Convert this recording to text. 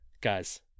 guys